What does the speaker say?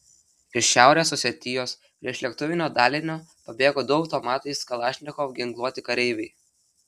iš šiaurės osetijos priešlėktuvinio dalinio pabėgo du automatais kalašnikov ginkluoti kareiviai